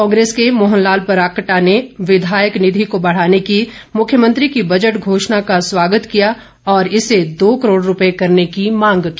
कांग्रेस के मोहन लाल ब्राक्टा ने विधायक निधि को बढ़ाने की मुख्यमंत्री की बजट घोषणा का स्वागत किया और इसे दो करोड़ रूपए करने की मांग की